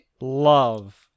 love